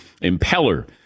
impeller